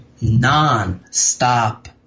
non-stop